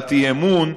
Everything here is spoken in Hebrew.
הצעת אי-אמון,